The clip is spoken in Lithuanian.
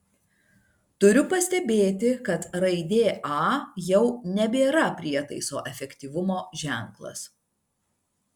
turiu pastebėti kad raidė a jau nebėra prietaiso efektyvumo ženklas